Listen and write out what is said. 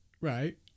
Right